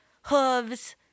hooves